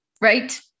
right